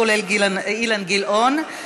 כולל אילן גילאון,